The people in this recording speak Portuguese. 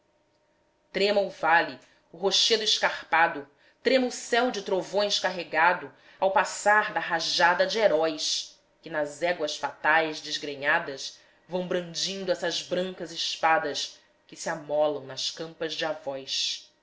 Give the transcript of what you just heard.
o vale o rochedo escarpado trema o céu de trovões carregado ao passar da rajada de heróis que nas éguas fatais desgrenhadas vão brandindo essas brancas espadas que se amolam nas campas de avós